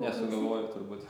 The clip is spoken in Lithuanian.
nesugalvoju turbūt